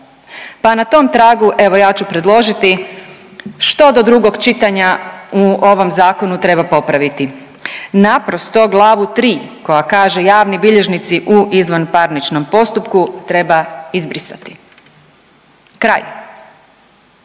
pa na tom tragu evo ja ću predložiti što do drugog čitanja u ovom zakonu treba popraviti, naprosto glavu 3 koja kaže „javni bilježnici u izvanparničnom postupku“ treba izbrisati, kraj.